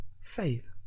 faith